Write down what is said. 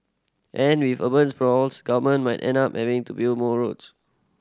and with urban sprawls government might end up having to build more roads